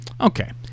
Okay